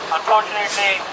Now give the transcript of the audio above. Unfortunately